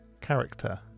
character